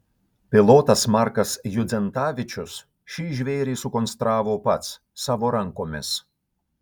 pilotas markas judzentavičius šį žvėrį sukonstravo pats savo rankomis